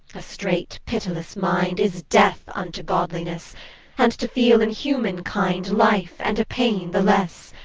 a strait pitiless mind is death unto godliness and to feel in human kind life, and a pain the less.